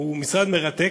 הוא משרד מרתק.